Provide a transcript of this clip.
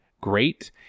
great